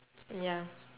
ya